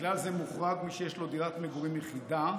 מכלל זה מוחרג מי שיש לו דירת מגורים יחידה,